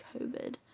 covid